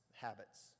habits